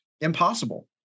impossible